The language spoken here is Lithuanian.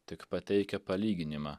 tik pateikia palyginimą